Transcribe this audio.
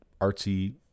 artsy